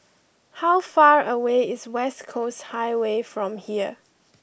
how far away is West Coast Highway from here